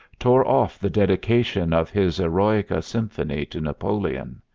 tore off the dedication of his eroica symphony to napoleon.